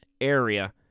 area